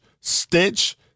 stitch